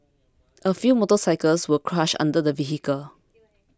a few motorcycles were crushed under the vehicle